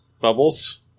Bubbles